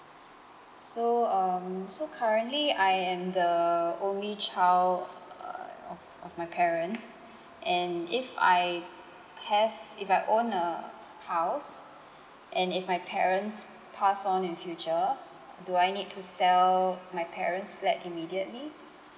so um so currently I am the only child err of of my parents and if I have if I own a house and if my parents pass on in future do I need to sell my parent's flat immediately